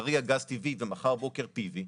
קרי גז טבעי ומחר בבוקר PV,